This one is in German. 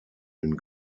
den